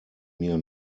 mir